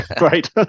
Right